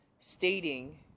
stating